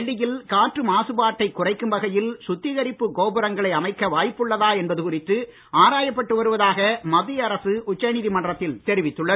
டெல்லி யில் காற்று மாசுபாட்டைக் குறைக்கும் வகையில் சுத்திகரிப்பு கோபுரங்களை அமைக்க வாய்ப்புள்ளதா என்பது குறித்து ஆராயப்பட்டு வருவதாக மத்திய அரசு உச்ச நீதிமன்றத்தில் தெரிவித்துள்ளது